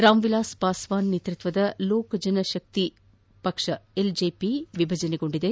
ರಾಮ್ ವಿಲಾಸ್ ಪಾಸ್ವಾನ್ ನೇತೃತ್ವದ Lokjan Shakti party LJP ವಿಭಜನೆಗೊಂಡಿದೆ